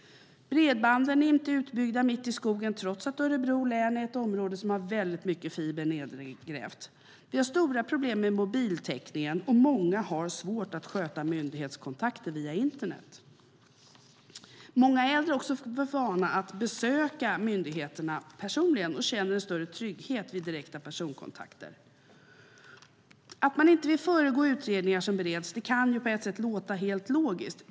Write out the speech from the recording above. Bredbandet är inte utbyggt mitt i skogen trots att Örebro län är ett område som har väldigt mycket fiber nedgrävt. Vi har stora problem med mobiltäckningen, och många har svårt att sköta myndighetskontakter via internet. Många äldre har också för vana att besöka myndigheterna personligen och känner en större trygghet vid direkta personkontakter. Att man inte vill föregå utredningar som bereds kan på ett sätt låta helt logiskt.